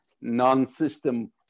non-system